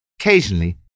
Occasionally